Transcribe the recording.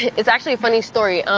it's actually a funny story.